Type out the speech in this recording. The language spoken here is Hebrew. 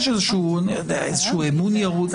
יש איזה אמון ירוד,